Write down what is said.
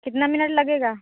कितना मिनट लगेगा